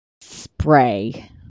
Spray